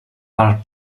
per